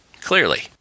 Clearly